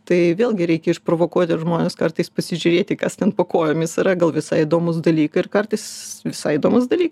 tai vėlgi reikia išprovokuoti žmones kartais pasižiūrėti kas ten po kojomis yra gal visai įdomūs dalykai ir kartais visai įdomūs dalykai